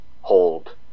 hold